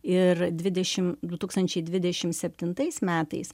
ir dvidešim du tūkstančiai dvidešim septintais metais